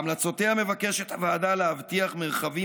בהמלצותיה מבקשת הוועדה להבטיח מרחבים